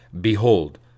Behold